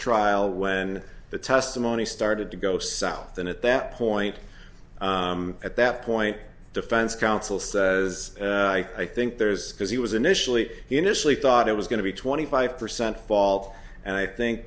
trial when the testimony started to go south and at that point at that point defense counsel says i think there's because he was initially he initially thought it was going to be twenty five percent fault and i think